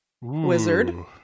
Wizard